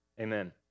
amen